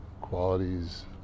qualities